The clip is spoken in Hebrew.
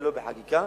ולא בחקיקה.